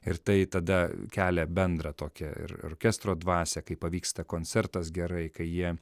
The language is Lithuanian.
ir tai tada kelia bendrą tokią ir ir orkestro dvasią kai pavyksta koncertas gerai kai jie